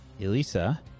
Elisa